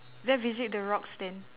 then visit the rocks then